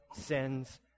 sins